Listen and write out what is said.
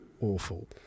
awful